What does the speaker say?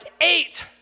eight